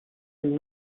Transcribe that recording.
and